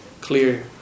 clear